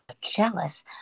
jealous